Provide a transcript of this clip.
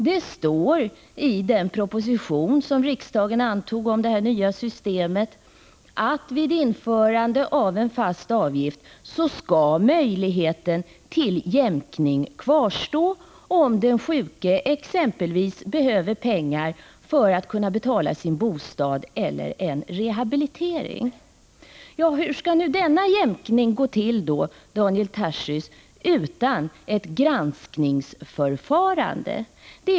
Det står i den proposition som riksdagen antog om det nya systemet, att vid införande av en fast avgift skall möjligheten till jämkning kvarstå om den sjuke exempelvis behöver pengar för att kunna betala sin bostad eller en rehabilitering. Hur skulle denna jämkning gå till, Daniel Tarschys, utan ett granskningsförfarande?